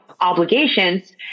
obligations